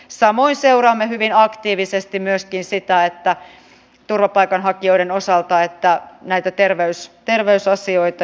samoin seuraamme hyvin aktiivisesti myöskin turvapaikanhakijoiden osalta näitä terveysasioita